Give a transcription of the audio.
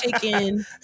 chicken